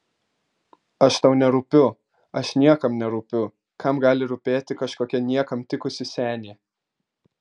aš tau nerūpiu aš niekam nerūpiu kam gali rūpėti kažkokia niekam tikusi senė